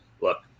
look